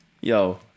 yo